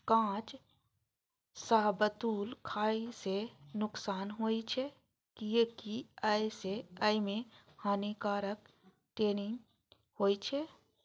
कांच शाहबलूत खाय सं नुकसान होइ छै, कियैकि अय मे हानिकारक टैनिन होइ छै